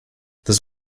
this